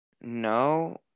no